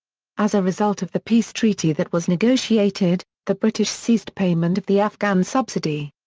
as a result of the peace treaty that was negotiated, the british ceased payment of the afghan subsidy.